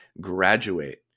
graduate